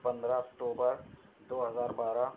پندرہ اکتوبر دو ہزار بارہ